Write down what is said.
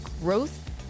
GROWTH